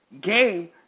game